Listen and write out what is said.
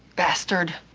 bastard